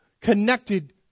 connected